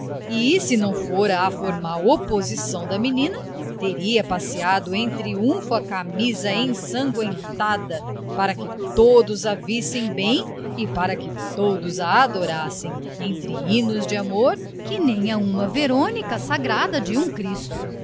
e se não fora a formal oposição da menina teria passeado em triunfo a camisa ensangüentada para que todos a vissem bem e para que todos a adorassem entre hinos de amor que nem a uma verônica sagrada de um cristo